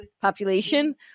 population